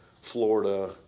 Florida